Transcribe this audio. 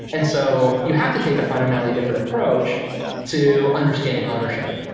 and so you have to take a fundamentally different approach to understanding ownership.